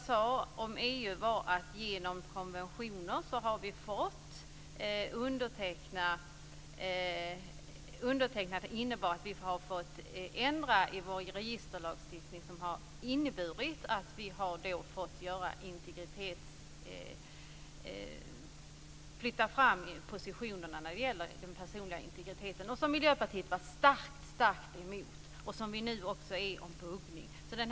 Vad jag sade om EU var att vi genom undertecknande av konventioner har fått ändringar i vår registerlagstiftning som har inneburit att vi har fått försämrade positioner när det gäller den personliga integriteten, något som vi i Miljöpartiet varit starkt emot. Det är vi nu också när det gäller buggning.